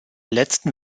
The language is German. letzten